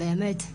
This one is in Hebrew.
באמת,